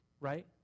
right